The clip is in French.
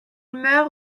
meurt